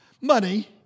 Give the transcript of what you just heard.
Money